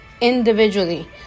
individually